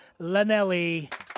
Lanelli